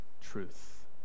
truth